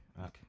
Okay